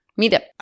meetup